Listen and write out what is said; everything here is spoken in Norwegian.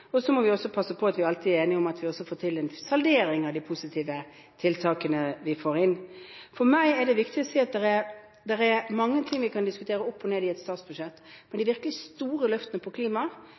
og så må vi også passe på at vi alltid er enige om å få til en saldering av de positive tiltakene vi får inn. For meg er det viktig å si at det er mange ting vi kan diskutere opp og ned i et statsbudsjett, men de virkelig store løftene på klima